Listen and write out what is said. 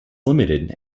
limited